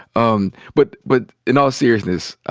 um but but in all seriousness,